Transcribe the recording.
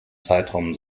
zeitraum